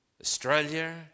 Australia